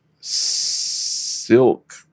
silk